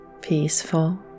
peaceful